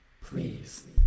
Please